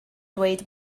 dweud